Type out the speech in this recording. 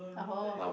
oh